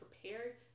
prepared